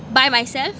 by myself